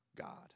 God